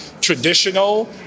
traditional